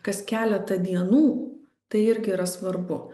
kas keletą dienų tai irgi yra svarbu